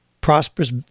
prosperous